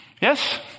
Yes